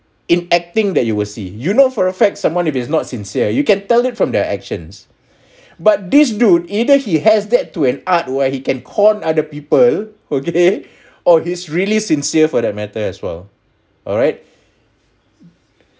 in acting that you will see you know for a fact someone if he's not sincere you can tell it from their actions but these dude either he has dared to an art where he can con other people okay or he's really sincere for that matter as well alright